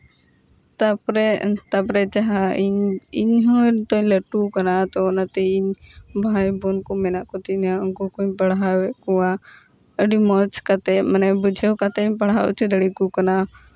ᱛᱟᱨᱯᱚᱨᱮ ᱛᱟᱨᱯᱚᱨᱮ ᱡᱟᱦᱟᱸ ᱤᱧ ᱤᱧᱦᱚᱸ ᱱᱤᱛᱚᱜ ᱤᱧ ᱞᱟᱹᱴᱩᱣ ᱠᱟᱱᱟ ᱛᱚ ᱚᱱᱟᱛᱮ ᱤᱧ ᱵᱷᱟᱭ ᱵᱳᱱ ᱠᱚ ᱢᱮᱱᱟᱜ ᱠᱚᱛᱤᱧᱟ ᱩᱱᱠᱩ ᱠᱚᱧ ᱯᱟᱲᱦᱟᱣᱮᱜ ᱠᱚᱣᱟ ᱟᱹᱰᱤ ᱢᱚᱡᱽ ᱠᱟᱛᱮᱜ ᱢᱟᱱᱮ ᱵᱩᱡᱷᱟᱹᱣ ᱠᱟᱛᱮ ᱤᱧ ᱯᱟᱲᱦᱟᱣ ᱦᱚᱪᱚ ᱫᱟᱲᱮᱭᱟᱠᱚ ᱠᱟᱱᱟ